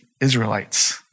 Israelites